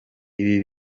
ibi